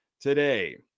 today